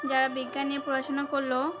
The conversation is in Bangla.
যারা বিজ্ঞান নিয়ে পড়াশোনা করল